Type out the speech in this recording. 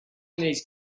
these